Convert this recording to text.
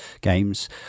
games